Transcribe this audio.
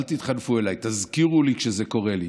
אל תתחנפו אליי, תזכירו לי כשזה קורה לי.